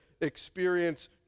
experience